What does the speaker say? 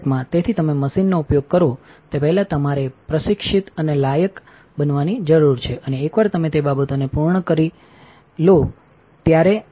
તેથી તમે મશીનનો ઉપયોગ કરો તે પહેલાં તમારે પ્રશિક્ષિત અને લાયક બનવાની જરૂર છે અને એકવાર તમે તે બે બાબતોને પૂર્ણ કરી લો ત્યારે તમને કાઉન્સિલ લ loginગિન મળશે